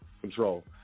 Control